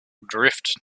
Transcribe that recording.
drift